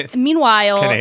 and meanwhile.